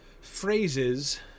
phrases